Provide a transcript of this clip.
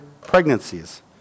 pregnancies